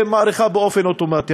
שמאריכה באופן אוטומטי.